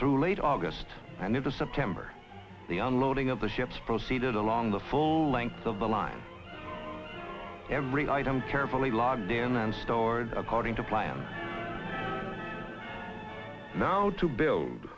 through late august and into september the unloading of the ships proceeded along the full length of the line every item carefully logged in and stored according to plan now to build